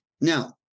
Now